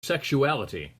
sexuality